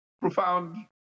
profound